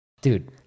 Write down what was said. dude